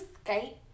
skate